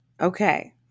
Okay